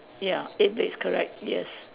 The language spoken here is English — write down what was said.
ya eight legs correct yes